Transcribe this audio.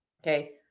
Okay